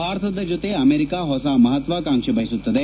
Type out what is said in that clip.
ಭಾರತದ ಜತೆ ಅಮೆರಿಕ ಹೊಸ ಮಹಾತ್ವಾಕಾಂಕ್ಷೆ ಬಯಸುತ್ತದೆ